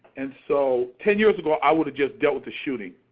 and so ten years ago i would've just dealt with the shooting,